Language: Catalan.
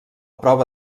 prova